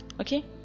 Okay